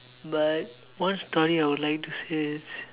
but one story I would like to say is